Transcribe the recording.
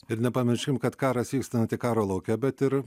ir nepamirškim kad karas vyksta ne tik karo lauke bet ir